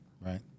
Right